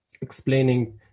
explaining